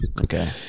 Okay